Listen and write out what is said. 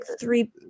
three